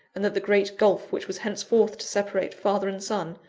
and that the great gulph which was hence-forth to separate father and son,